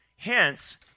Hence